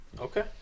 okay